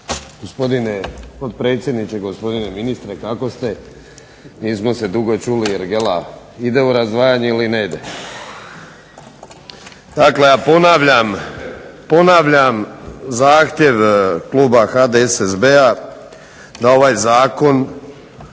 gospodine potpredsjedniče, gospodine ministre kako ste? Nismo se dugo čuli, jel' ergela ide u razdvajanje ili ne ide? Dakle, ja ponavljam zahtjev kluba HDSSB-a da ovaj zakon